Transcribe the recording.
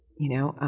you know?